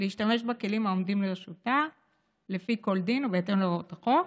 להשתמש בכלים העומדים לרשותה לפי כל דין ובהתאם להוראות החוק.